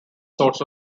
sorts